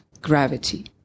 gravity